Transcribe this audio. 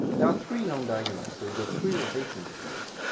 there are three long diagonals, so we get three rotations of those.